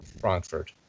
Frankfurt